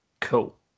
Cool